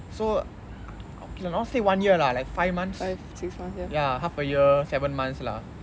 so I I not say one year lah like five months ya half a year seven months lah